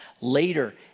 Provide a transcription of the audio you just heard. later